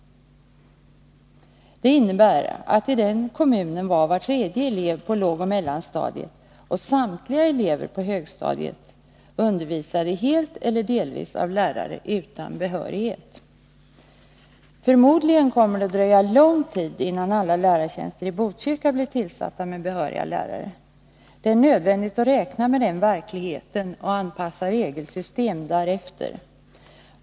Det innebär att i den kommunen var var tredje elev på lågoch mellanstadiet och samtliga elever på högstadiet undervisade helt eller delvis av lärare utan behörighet. Förmodligen kommer det att dröja lång tid innan alla lärartjänster i Botkyrka blir tillsatta med behöriga lärare. Det är nödvändigt att räkna med den verkligheten och anpassa regelsystemet därefter.